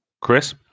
Chris